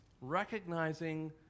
recognizing